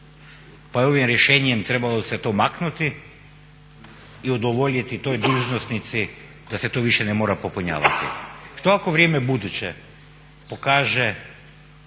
je ovim rješenjem trebalo se to maknuti i udovoljiti toj dužnosnici da se to više ne mora popunjavati. Što ako vrijeme buduće pokaže